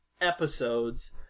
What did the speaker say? episodes